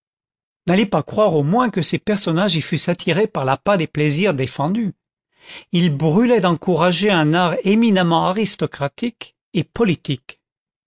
n'allez pas croire au moins que ces personnages y fussent attirés par l'appât des plaisirs défendus ils brûlaient d'encourager un art éminemment aristocratique et politique